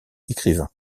écrivain